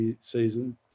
season